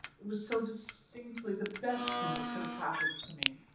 it was so distinctly the best thing that could have happened to me.